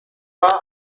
war